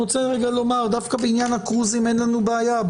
דווקא בעניין ה-קרוזים אין לנו בעיה.